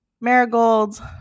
marigolds